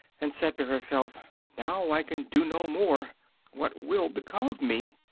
and said to herself now i can do no more what will become of me?